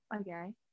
Okay